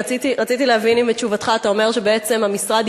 רציתי להבין אם מתשובתך אתה אומר שבעצם המשרד